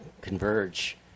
converge